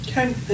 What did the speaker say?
Okay